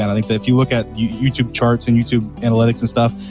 i think that if you look at youtube charts and youtube analytics and stuff,